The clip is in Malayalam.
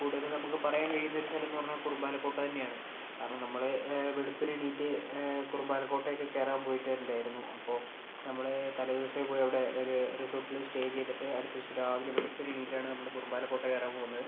കൂടുതലും നമുക്ക് പറയാൻ കഴിയുന്നൊരു സ്ഥലം എന്നു പറഞ്ഞാൽ കുറുമ്പാലക്കോട്ട തന്നെ ആണ് കാരണം നമ്മള് വെളുപ്പിന് എണീറ്റ് കുറുമ്പാലക്കോട്ട ഒക്കെ കയറാൻ പോയിട്ടുണ്ടായിരുന്നു അപ്പോൾ നമ്മള് തലേദിവസമേ പോയി അവിടെ ഒരു റിസോർട്ടിൽ സ്റ്റേ ചെയ്തിട്ട് അടുത്ത ദിവസം രാവിലെ വെളുപ്പിന് എണീറ്റാണ് നമ്മള് കുറുമ്പാലക്കോട്ട കയറാൻ പോകുന്നത്